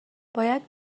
باید